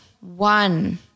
one